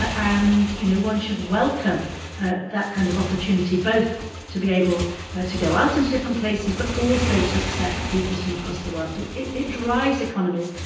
ah and, you know, one should welcome that kind of opportunity both to be able to go out into different places but also to accept peoples from across the world. it it drives economies,